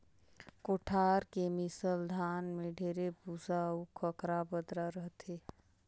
कोठार के मिसल धान में ढेरे भूसा अउ खंखरा बदरा रहथे